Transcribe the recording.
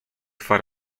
dwa